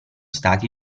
stati